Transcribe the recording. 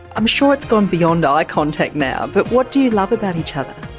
i'm sure it's gone beyond ah eye contact now, but what do you love about each other?